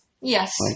Yes